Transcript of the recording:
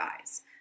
eyes